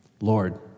Lord